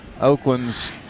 Oakland's